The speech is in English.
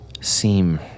seem